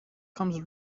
comes